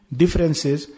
differences